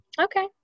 Okay